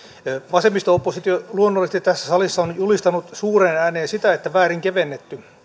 vasemmisto oppositio luonnollisesti tässä salissa on julistanut suureen ääneen sitä että väärin kevennetty